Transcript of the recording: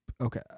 Okay